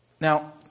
Now